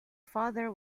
father